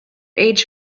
age